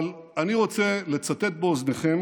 אבל אני רוצה לצטט באוזניכם